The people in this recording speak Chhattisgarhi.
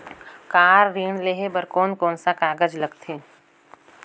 कार ऋण लेहे बार कोन कोन सा कागज़ लगथे?